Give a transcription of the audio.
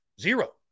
Zero